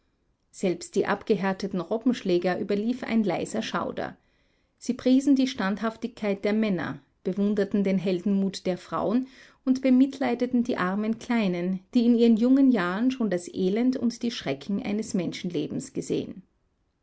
selbst die abgehärteten robbenschläger überlief ein leiser schauder sie priesen die standhaftigkeit der männer bewunderten den heldenmut der frauen und bemitleideten die armen kleinen die in ihren jungen jahren schon das elend und die schrecken eines menschenlebens gesehen